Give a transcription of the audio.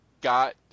got